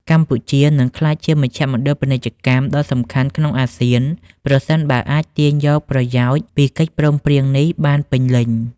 កម្ពុជានឹងក្លាយជាមជ្ឈមណ្ឌលពាណិជ្ជកម្មដ៏សំខាន់ក្នុងអាស៊ាន ប្រសិនបើអាចទាញយកប្រយោជន៍ពីកិច្ចព្រមព្រៀងនេះបានពេញលេញ។